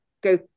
go